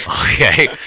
okay